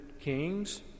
kings